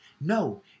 No